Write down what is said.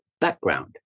background